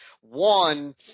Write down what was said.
One